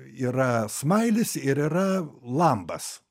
yra smailis ir yra lambas